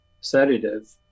sedative